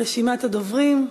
רשימת הדוברים: